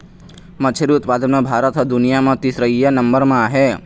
मछरी उत्पादन म भारत ह दुनिया म तीसरइया नंबर म आहे